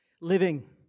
living